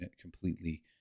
completely